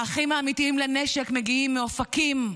האחים האמיתיים לנשק מגיעים מאופקים,